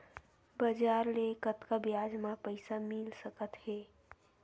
बजार ले कतका ब्याज म पईसा मिल सकत हे?